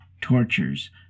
tortures